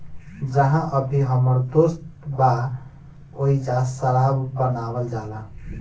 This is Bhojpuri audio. जाहा अभी हमर दोस्त बा ओइजा शराब बनावल जाला